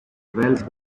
twelve